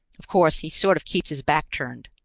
of course, he sort of keeps his back turned,